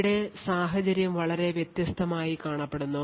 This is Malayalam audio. ഇവിടെ സാഹചര്യം വളരെ വ്യത്യസ്തമായി കാണപ്പെടുന്നു